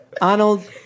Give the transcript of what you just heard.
Arnold